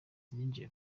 yinjiye